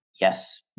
yes